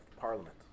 Parliament